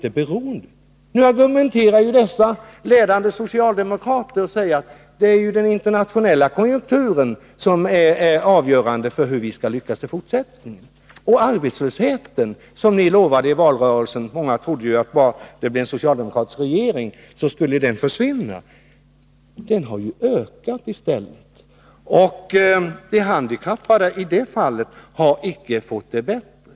De ledande socialdemokrater jag nämnde argumenterar nu på samma sätt och säger att det är den internationella konjunkturen som är avgörande för hur vi skall lyckas i fortsättningen. I fråga om arbetslösheten trodde många att bara det blev en socialdemo I kratisk regering, så skulle den försvinna. Men den har ju i stället ökat. De handikappade har i det fallet icke fått det bättre.